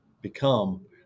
become